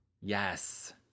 Yes